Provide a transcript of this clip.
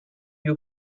you